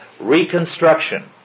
reconstruction